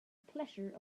pleasure